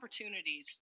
opportunities